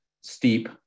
steep